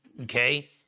Okay